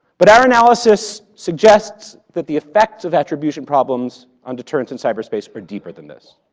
but our analysis suggests that the effects of attribution problems on deterrence in cyberspace are deeper than this.